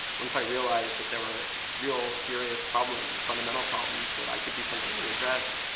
once i realized that there were real serious problems, fundamental problems that i could do something to address,